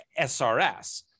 SRS